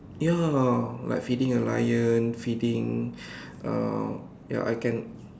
ya like feeding a lion feeding uh ya I can